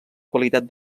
qualitat